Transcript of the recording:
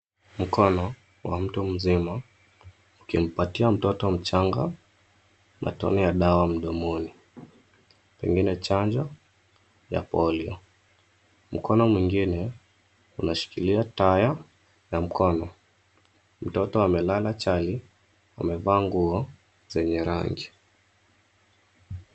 Mkono wa mtu mzima ukimpatia mtoto mchanga, matone ya dawa mdomoni, pengine chanjo ya polio. Mkono mwingine unashikilia taya na mkono. Mtoto amelala chali, amevaa nguo zenye rangi.